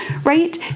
right